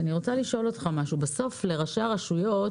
אני רוצה לשאול אותך משהו, בסוף לראשי הרשויות